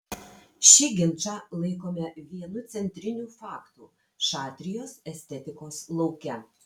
šį ginčą laikome vienu centrinių faktų šatrijos estetikos lauke